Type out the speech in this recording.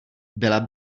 byla